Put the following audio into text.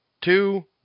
two